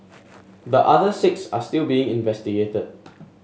the other six are still being investigated